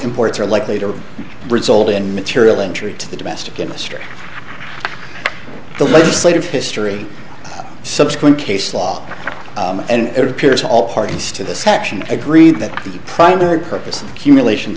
imports are likely to result in material injury to the domestic industry the legislative history subsequent case law and it appears all parties to the section agree that the primary purpose of cumulation